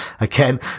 again